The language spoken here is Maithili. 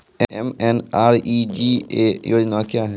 एम.एन.आर.ई.जी.ए योजना क्या हैं?